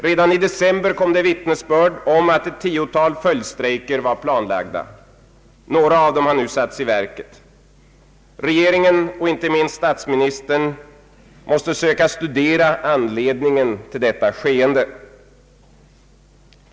Redan i december kom vittnesbörd om att ett tiotal följdstrejker var planlagda. Några av dem har nu satts i verket. Regeringen och inte minst statsministern måste söka studera anledningen till detta skeende.